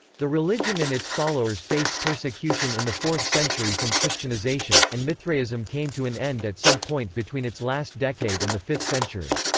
the religion and its followers faced persecution in the fourth century from christianization, and mithraism came to an end at some point between its last decade and the fifth century.